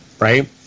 right